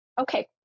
Okay